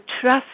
trust